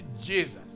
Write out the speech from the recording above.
Jesus